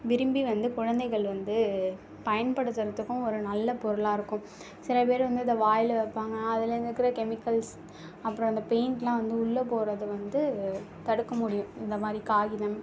விரும்பி வந்து குழந்தைகள் வந்து பயன்படுத்துகிறதுக்கும் ஒரு நல்ல பொருளாக இருக்கும் சில பேர் வந்து இதை வாயில் வைப்பாங்க அதுலேருந்து கூட கெமிக்கல்ஸ் அப்புறம் அந்த பெயிண்ட்யெலாம் வந்து உள்ளே போவது வந்து தடுக்க முடியும் இந்த மாதிரி காகிதம்